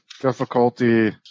Difficulty